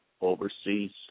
overseas